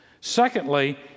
Secondly